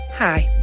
Hi